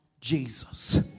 Jesus